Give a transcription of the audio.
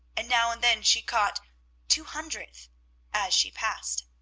and now and then she caught two hundredth as she passed.